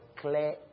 clear